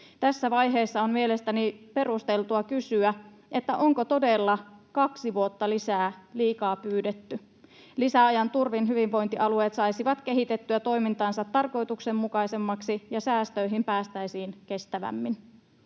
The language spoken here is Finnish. Tässä vaiheessa on mielestäni perusteltua kysyä, onko todella kaksi vuotta lisää liikaa pyydetty. Lisäajan turvin hyvinvointialueet saisivat kehitettyä toimintaansa tarkoituksenmukaisemmaksi ja säästöihin päästäisiin kestävämmin.